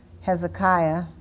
Hezekiah